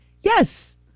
yes